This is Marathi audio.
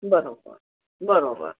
बरोबर बरोबर